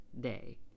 day